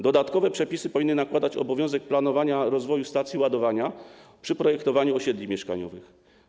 Dodatkowe przepisy powinny nakładać obowiązek planowania rozwoju stacji ładowania przy projektowaniu osiedli mieszkaniowych.